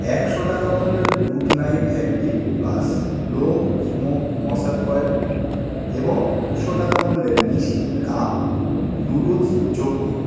একশো টাকা মূল্যের good night active plus low smoke মশার কয়েল এবং দুশো টাকা মূল্যের নিসিন কাপ নুডলস যোগ করুন